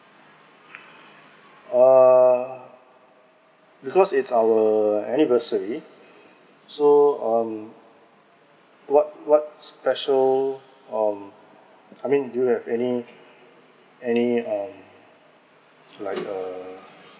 err because it's our anniversary so um what what's special um I mean do you have any any um like a